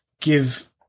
give